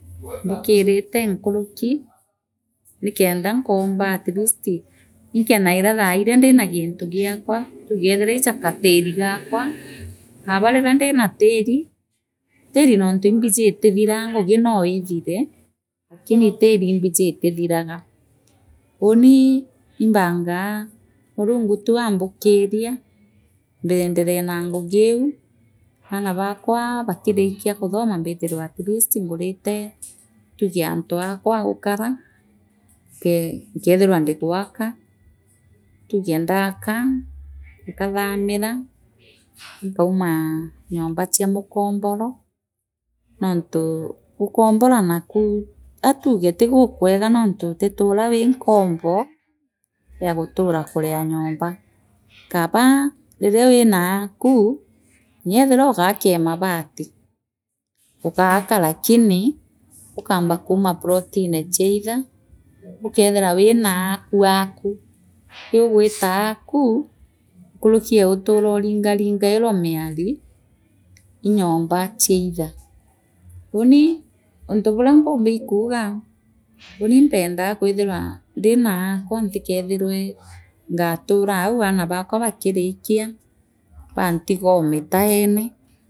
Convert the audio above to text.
Mbukirito nkuruki nikendaa nkomba atleast inkerairaa thairia ndira gintu giakua tuugethire ija gatiri gaakwa Kaaba riria ndina tiiri tiiri nontu imbiji itithiraa ngugi nooithiree lakini tiri imbiji itithiraga uuni imbaragaa murungu tu aambukiria mbenderee na njugiu aana baakwa bakirikia kuthoma mbwithirwa atleast nguriti tuge aanthi aakwa aa gukaraa tugoe nkethiraa ndigwaka tugee ndaakaa nkathamina nkauma nyomba chia.